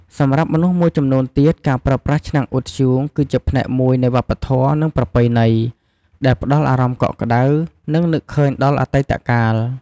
សម្រាប់មនុស្សមួយចំនួនទៀត ការប្រើប្រាស់ឆ្នាំងអ៊ុតធ្យូងគឺជាផ្នែកមួយនៃវប្បធម៌ និងប្រពៃណី ដែលផ្តល់អារម្មណ៍កក់ក្ដៅ និងនឹកឃើញដល់អតីតកាល។